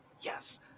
Yes